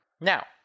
Now